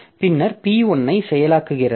பின்னர் P1 ஐ செயலாக்குகிறது